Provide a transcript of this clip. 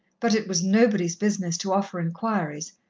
but it was nobody's business to offer inquiries,